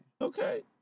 Okay